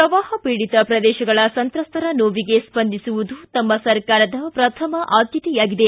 ಪ್ರವಾಹ ಪೀಡಿತ ಪ್ರದೇಶಗಳ ಸಂತ್ರಸ್ತರ ನೋವಿಗೆ ಸ್ವಂದಿಸುವುದು ತಮ್ನ ಸರ್ಕಾರದ ಪ್ರಥಮ ಆದ್ದತೆಯಾಗಿದೆ